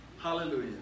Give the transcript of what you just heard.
hallelujah